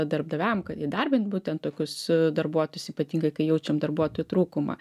darbdaviam kad įdarbint būtent tokius darbuotojus ypatingai kai jaučiam darbuotojų trūkumą